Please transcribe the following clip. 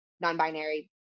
non-binary